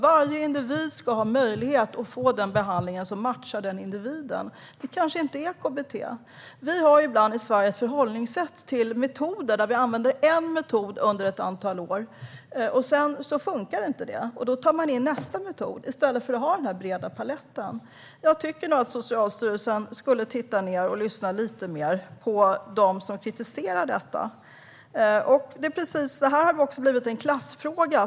Varje individ ska ha möjlighet att få den behandling som matchar honom eller henne. Det kanske inte är KBT. I Sverige har vi ibland ett förhållningssätt till metoder som går ut på att man använder en enda metod under ett antal år. När den sedan inte funkar tar man in nästa metod, i stället för att ha en bred palett. Jag tycker att Socialstyrelsen borde lyssna lite mer på dem som kritiserar detta. Det här har blivit en klassfråga.